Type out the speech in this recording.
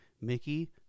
Mickey